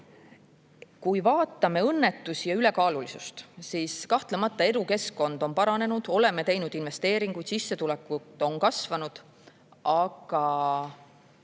kui vaatame õnnetusi ja ülekaalulisust, siis kahtlemata, elukeskkond on paranenud, oleme teinud investeeringuid, sissetulekud on kasvanud. Aga